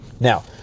Now